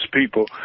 people